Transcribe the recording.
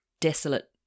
desolate